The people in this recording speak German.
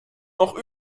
noch